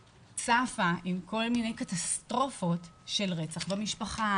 צפה עם כל מיני קטסטרופות של רצח במשפחה,